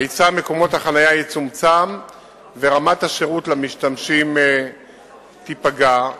היצע מקומות החנייה יצומצם ורמת השירות למשתמשים תיפגע.